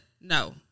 no